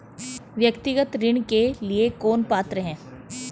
व्यक्तिगत ऋण के लिए कौन पात्र है?